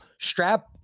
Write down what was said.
strap